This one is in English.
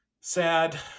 Sad